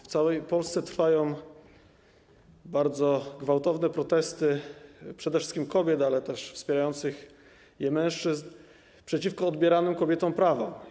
W całej Polsce trwają bardzo gwałtowne protesty, przede wszystkim kobiet, ale też wspierających je mężczyzn, przeciwko odbieraniu kobietom prawa.